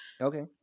okay